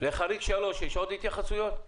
לחריג 3 יש עוד התייחסויות?